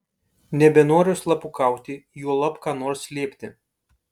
nebenoriu slapukauti juolab ką nors slėpti